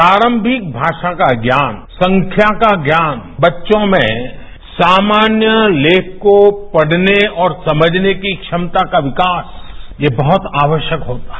प्रारंभिक भाषा का ज्ञान संख्या का ज्ञान बच्चों में सामान्य लेख को पढ़ने और समझने की क्षमता का विकास यह बहुत आवश्यक होता है